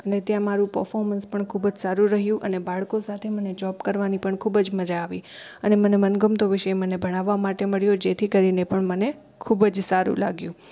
ને ત્યાં મારું પફોર્મન્સ પણ ખૂબ જ સારું રહ્યું અને બાળકો સાથે મને જોબ કરવાની પણ ખૂબ જ મજા આવી અને મને મનગમતો વિષય મને ભણાવવા માટે મળ્યો જેથી કરીને પણ મને ખૂબ જ સારું લાગ્યું